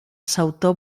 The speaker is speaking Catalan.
sautor